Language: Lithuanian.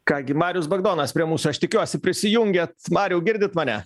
ką gi marius bagdonas prie mūsų aš tikiuosi prisijungiat mariau girdit mane